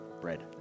bread